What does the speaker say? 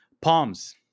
palms